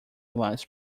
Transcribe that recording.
lies